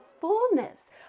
fullness